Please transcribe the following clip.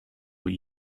were